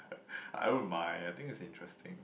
I don't mind I think it's interesting